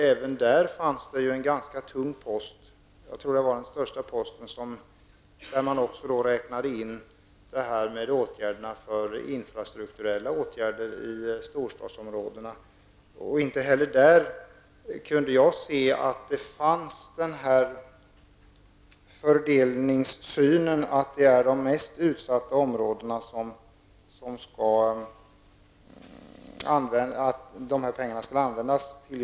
Även där fanns det en tung post där man räknade in kostnaderna för infrastrukturella åtgärder i storstadsområden. Inte heller där kunde jag se att det fanns den fördelningssynen att det är de mest utsatta områdena som pengarna skall användas för.